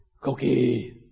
Cookie